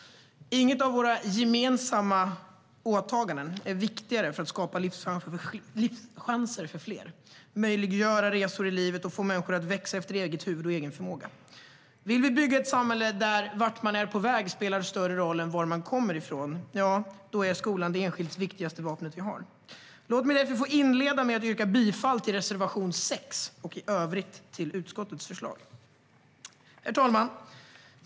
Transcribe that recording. Inget av våra gemensamma åtaganden är viktigare för att skapa livschanser för fler, möjliggöra resor i livet och få människor att växa efter eget huvud och egen förmåga. Vill vi bygga ett samhälle där vart man är på väg spelar större roll än var man kommer ifrån är skolan det enskilt viktigaste vapnet vi har. Herr talman!